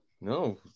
No